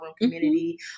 community